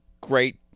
great